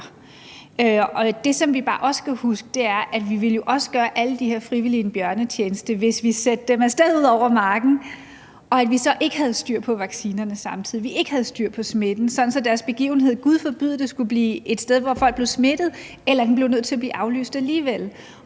bare også skal huske, er, at vi jo også ville gøre alle de her frivillige en bjørnetjeneste, hvis vi sendte dem af sted ud over marken, men ikke havde styr på vaccinerne og smitten samtidig, sådan at begivenheden – gud forbyde det – skulle blive et sted, hvor folk blev smittet, eller at man blev nødt til at aflyse alligevel.